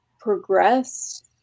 progressed